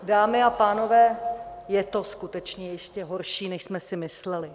Dámy a pánové, je to skutečně ještě horší, než jsme si mysleli.